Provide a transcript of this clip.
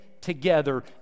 together